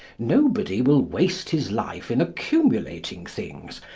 nobody will waste his life in accumulating things,